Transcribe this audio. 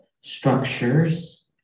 structures